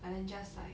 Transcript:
but then just like